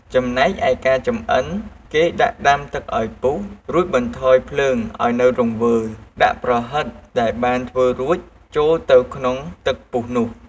ចំណែកឯ ការចំអិន គេដាក់ដាំទឹកឱ្យពុះ រួចបន្ថយភ្លើងឱ្យនៅរង្វើល។ ដាក់ប្រហិតដែលបានធ្វើរួចចូលទៅក្នុងទឹកពុះនោះ។